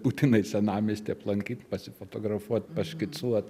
būtinai senamiestį aplankyt pasifotografuot paškicuot